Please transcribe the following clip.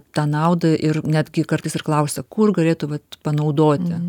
tą naudą ir netgi kartais ir klausia kur galėtų vat panaudoti